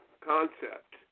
concept